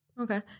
Okay